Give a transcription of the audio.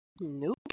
nope